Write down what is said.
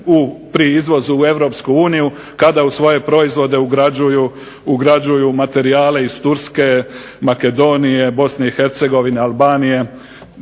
pri izvozu u Europsku uniju kada u svoje proizvode ugrađuju materijale iz Turske, Bosne i Hercegovine, Makedonije,